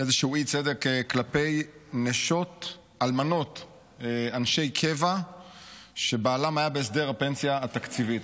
כלפי אלמנות אנשי קבע שבעליהן היו בהסדר הפנסיה התקציבית.